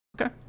Okay